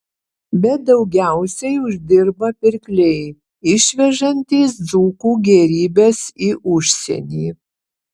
bet daugiausiai uždirba pirkliai išvežantys dzūkų gėrybes į užsienį